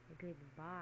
Goodbye